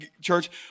Church